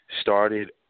started